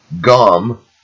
gum